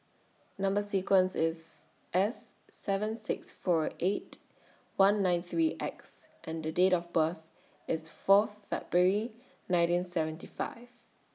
Number sequence IS S seven six four eight one nine three X and Date of birth IS Fourth February nineteen seventy five